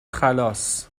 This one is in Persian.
خلاص